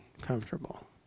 comfortable